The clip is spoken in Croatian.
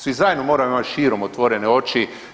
Svi zajedno moramo imati širom otvorene oči.